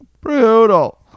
brutal